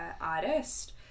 artist